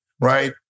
right